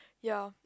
ya